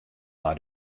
nei